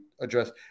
address